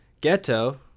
Ghetto